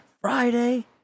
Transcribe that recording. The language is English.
Friday